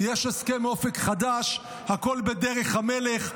יש הסכם אופק חדש, הכול בדרך המלך.